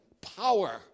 power